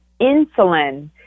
insulin